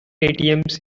atms